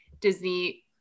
Disney